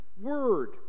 word